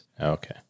Okay